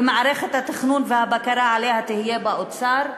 ומערכת התכנון והבקרה עליהם תהיה באוצר.